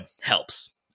helps